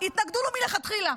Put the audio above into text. התנגדנו לו מלכתחילה.